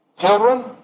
Children